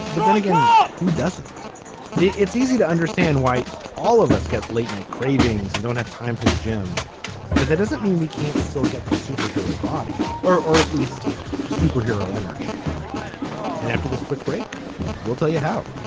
but then again who doesn't it's easy to understand why all of us get late night cravings and don't have time for the gym but that doesn't mean we can't still get the superhero body or or at least superhero energy and after this quick break we'll tell you how